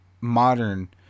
modern